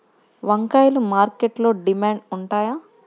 వంకాయలు మార్కెట్లో డిమాండ్ ఉంటాయా?